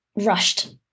rushed